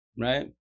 right